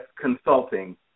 Consulting